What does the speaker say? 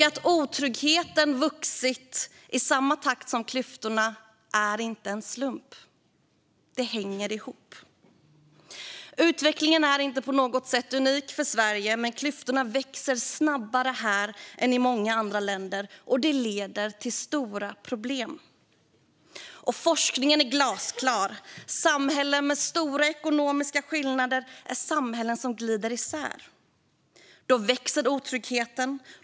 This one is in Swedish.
Att otryggheten har vuxit i samma takt som klyftorna är inte en slump. Det hänger ihop. Utvecklingen är inte på något sätt unik för Sverige, men klyftorna växer snabbare här än i många andra länder, och det leder till stora problem. Forskningen är glasklar. Samhällen med stora ekonomiska skillnader är samhällen som glider isär. Då växer otryggheten.